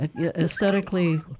aesthetically